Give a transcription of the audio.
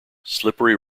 slippery